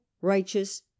righteous